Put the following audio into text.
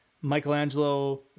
Michelangelo